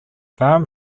farm